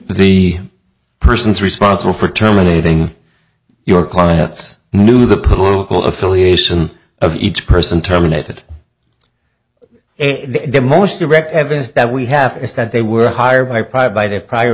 the persons responsible for terminating your clients knew the political affiliation of each person terminated it most direct evidence that we have is that they were hired by private by their prior